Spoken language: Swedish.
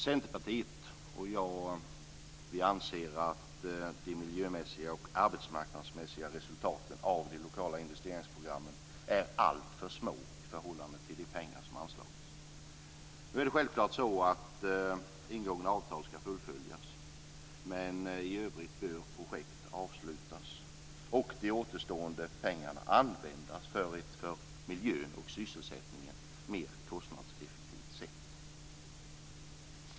Centerpartiet och jag anser att de miljömässiga och arbetsmarknadsmässiga resultaten av de lokala investeringsprogrammen är alltför små i förhållande till de pengar som anslagits. Nu är det självklart så att ingångna avtal ska fullföljas, men i övrigt bör projekt avslutas och de återstående pengarna användas på ett för miljön och sysselsättningen mer kostnadseffektivt sätt.